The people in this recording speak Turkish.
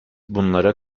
bunlara